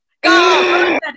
go